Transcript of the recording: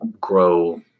grow